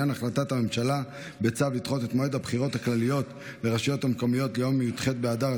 בדבר צו לדחיית הבחירות הכלליות לרשויות המקומיות (קביעת המועד הנדחה),